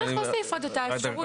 צריך להוסיף עוד את האפשרות הנוספת.